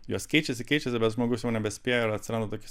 jos keičiasi keičiasi bet žmogus jau nebespėja ir atsiranda toks